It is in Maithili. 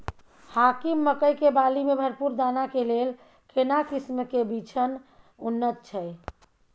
हाकीम मकई के बाली में भरपूर दाना के लेल केना किस्म के बिछन उन्नत छैय?